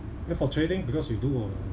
eh for trading because you do uh